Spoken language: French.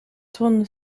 tourne